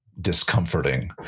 discomforting